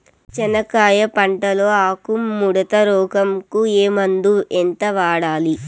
చెనక్కాయ పంట లో ఆకు ముడత రోగం కు ఏ మందు ఎంత వాడాలి?